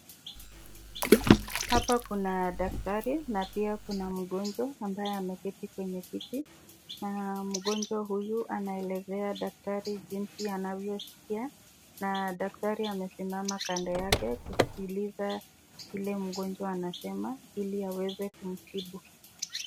Hapa kuna daktari na pia kuna mgonjwa ambaye ameketi kwenye kiti na mgonjwa huyu anaelezea daktari jinsi anavyosikia a daktari amesimama kando yake kusikiliza kile mgonjwa anasema ili aweze kumtibu.